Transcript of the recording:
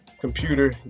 computer